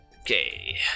Okay